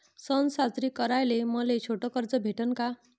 सन साजरे कराले मले छोट कर्ज भेटन का?